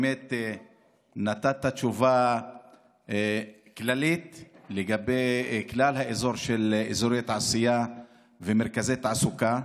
באמת נתת תשובה כללית לגבי כלל אזורי תעשייה ומרכזי תעסוקה,